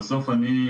בסוף אני,